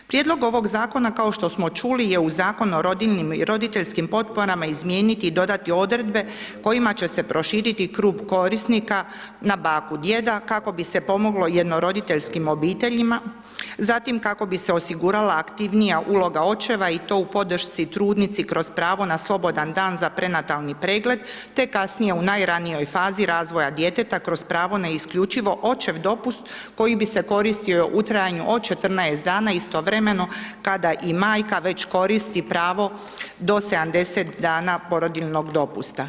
Prijedlog ovog zakona kao što smo čuli je u Zakonu o rodiljnim i roditeljskim potporama izmijeniti i dodati odredbe kojima će se proširiti krug korisnika na baku, djeda kako bi se pomoglo jednoroditeljskim obiteljima, zatim kako bi se osigurala aktivnija uloga očeva i to u podršci trudnici kroz pravo na slobodan dan za prenatalni pregled te kasnije u najranijoj fazi razvoja djeteta kroz pravo na isključivo očev dopust koji bi se koristio u trajanju od 14 dana istovremeno kada i majka već koristi pravo do 70 dana porodiljnog dopusta.